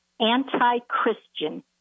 anti-Christian